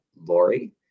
Lori